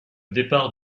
départ